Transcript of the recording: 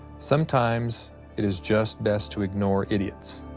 sometimes it is just best to ignore idiots,